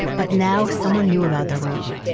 but now someone knew about the room,